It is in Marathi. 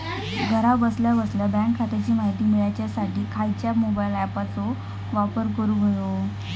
घरा बसल्या बसल्या बँक खात्याची माहिती मिळाच्यासाठी खायच्या मोबाईल ॲपाचो वापर करूक होयो?